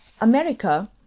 America